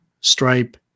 Stripe